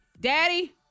Daddy